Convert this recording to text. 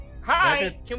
Hi